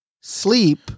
Sleep